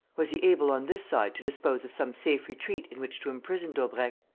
was he able on this side to dispose of some safe retreat in which to imprison daubrecq?